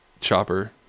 chopper